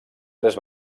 tres